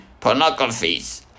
pornographies